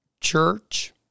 church